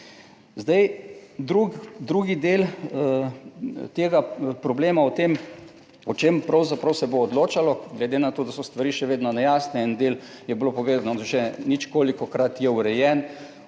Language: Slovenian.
drugi del tega, problema o tem, o čem pravzaprav se bo odločalo, glede na to, da so stvari še vedno nejasne, en del je bilo povedano že nič kolikokrat je urejen,